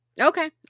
okay